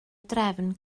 drefn